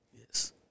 Yes